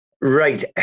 right